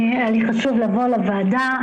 היה לי חשוב לבוא לוועדה.